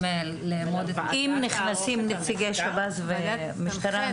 לאמוד --- אם נכנסים נציגי שב"ס ומשטרה,